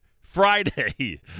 Friday